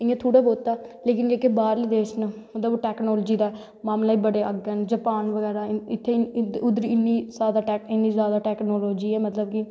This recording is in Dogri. इयां थोह्ड़ा बौह्ता लेकिन जेह्के बाह्रले देश न ओह् बी टौकनॉलजी दे मामले च बड़े अग्गैं न जपान उध्दर इन्नी जादा टौकनॉलजी ऐ मतलव की